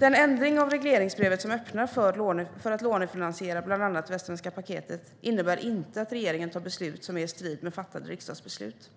Den ändring av regleringsbrevet som öppnar för att lånefinansiera bland annat Västsvenska paketet innebär inte att regeringen tar beslut som är i strid med fattade riksdagsbeslut.